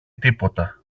τίποτα